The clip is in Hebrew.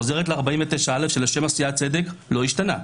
חוזרת ל-49(א) שלשם עשיית צדק לא השתנה,